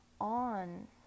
on